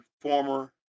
former